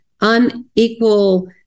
unequal